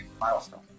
milestone